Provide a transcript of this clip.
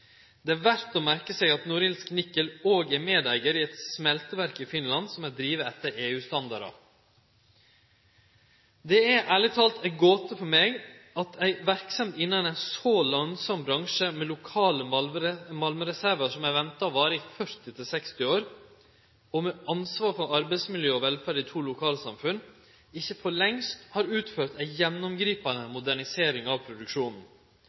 Det er verdt å merke seg at Norilsk Nickel òg er medeigar i eit smelteverk i Finland som er drive etter EU-standardar. Det er ærleg talt ei gåte for meg at ei verksemd innan ein så lønsam bransje, med lokale malmreservar som er venta å vare i 40–60 år, og med ansvar for arbeidsmiljø og velferd i to lokalsamfunn ikkje for lengst har utført ei gjennomgripande modernisering av produksjonen.